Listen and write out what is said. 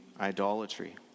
idolatry